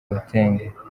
gatenga